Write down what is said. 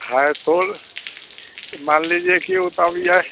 हैं तूल मान लीजिए कि होता भी है